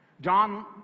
John